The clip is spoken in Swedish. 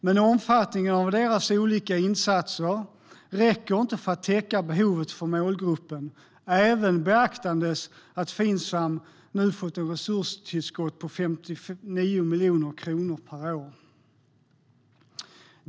Men omfattningen av deras olika insatser räcker inte för att täcka behovet för målgruppen även beaktandes att Finsam nu får ett resurstillskott på 59 miljoner kronor per år.